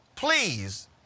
Please